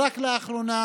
רק לאחרונה